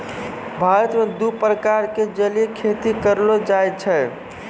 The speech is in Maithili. भारत मॅ दू प्रकार के जलीय खेती करलो जाय छै